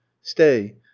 Stay